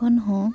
ᱛᱚᱠᱷᱚᱱ ᱦᱚᱸ